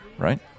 Right